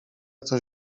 coś